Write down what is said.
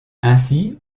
ainsi